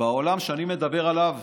שבעולם שאני מדבר עליו